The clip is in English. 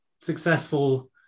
successful